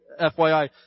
fyi